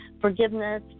forgiveness